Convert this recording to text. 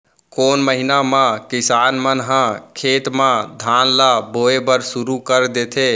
कोन महीना मा किसान मन ह खेत म धान ला बोये बर शुरू कर देथे?